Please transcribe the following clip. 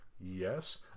yes